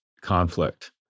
conflict